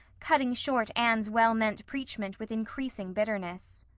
cutting short anne's wellmeant preachment with increasing bitterness.